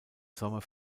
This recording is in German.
sommer